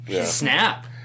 snap